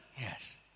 Yes